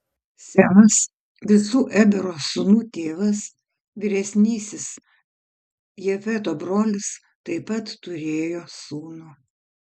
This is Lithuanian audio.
semas visų ebero sūnų tėvas vyresnysis jafeto brolis taip pat turėjo sūnų